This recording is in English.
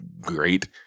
great